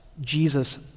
Jesus